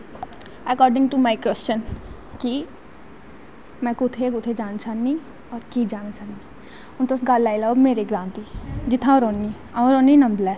according to my question कि में कुत्थें कुत्थें जानां चाह्नी ऐ क जाना चाह्नी और की जाना चाह्न्नी जियां लाई लैओ मेरा ग्रां जित्थें अउं रौह्नी अऊं रौह्नी नम्बलै